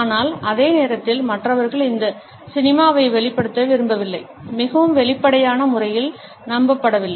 ஆனால் அதே நேரத்தில் மற்றவர் இந்த சினிமாவை வெளிப்படுத்த விரும்பவில்லை மிகவும் வெளிப்படையான முறையில் நம்பப்படவில்லை